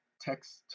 text